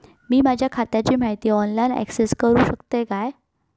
मी माझ्या खात्याची माहिती ऑनलाईन अक्सेस करूक शकतय काय?